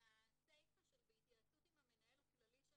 את הסיפה של "בהתייעצות עם המנהל הכללי של